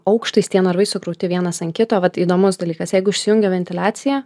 aukštais tie narvai sukrauti vienas an kito vat įdomus dalykas tai jeigu išsijungia ventiliacija